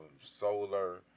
Solar